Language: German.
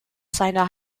seiner